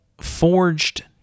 forged